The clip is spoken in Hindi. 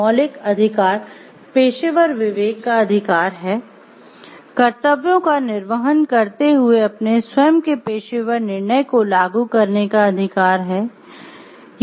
मार्टिन है कर्तव्यों का निर्वहन करते हुए अपने स्वयं के पेशेवर निर्णय को लागू करने का अधिकार है